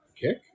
Kick